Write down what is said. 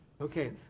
Okay